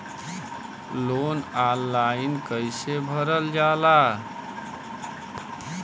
Loan online कइसे भरल जाला?